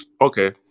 Okay